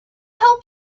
help